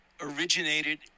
originated